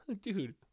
dude